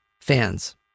fans